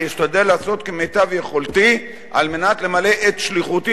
אני אשתדל לעשות כמיטב יכולתי למלא את שליחותו